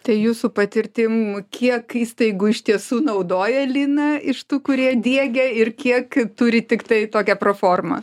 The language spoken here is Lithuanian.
tai jūsų patirtim kiek įstaigų iš tiesų naudoja liną iš tų kurie diegia ir kiek turi tiktai tokią proformą